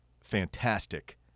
fantastic